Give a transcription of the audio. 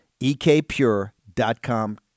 ekpure.com